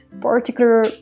particular